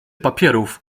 papierów